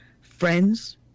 Friends